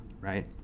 right